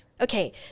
okay